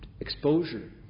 exposure